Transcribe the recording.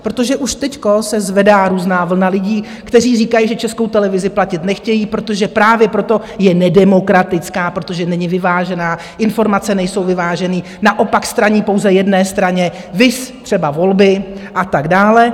Protože už teď se zvedá různá vlna lidí, kteří říkají, že Českou televizi platit nechtějí, protože právě proto je nedemokratická, protože není vyvážená, informace nejsou vyvážené, naopak straní pouze jedné straně, viz třeba volby a tak dále.